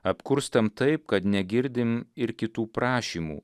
apkurstam taip kad negirdim ir kitų prašymų